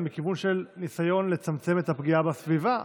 מכיוון של ניסיון לצמצם את הפגיעה בסביבה,